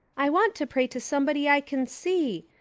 i want to pray to somebody i can see,